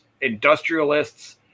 industrialists